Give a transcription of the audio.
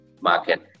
market